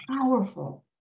powerful